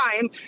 time